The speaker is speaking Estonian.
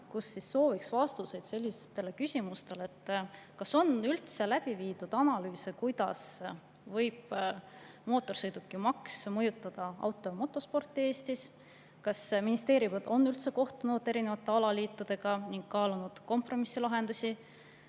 ja soovime vastuseid sellistele küsimustele. Kas on läbi viidud analüüse, kuidas võib mootorsõidukimaks mõjutada auto- ja motosporti Eestis? Kas ministeerium on kohtunud erinevate alaliitudega ning kaalunud kompromisslahendusi?